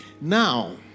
Now